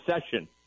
session